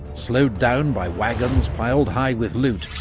slowed down by wagons piled heigh with loot,